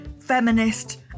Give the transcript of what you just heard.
feminist